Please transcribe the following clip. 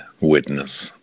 witness